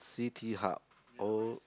C_T hub oh